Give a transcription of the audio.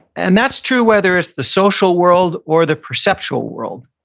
and that's true, whether it's the social world or the perceptual world.